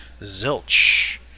zilch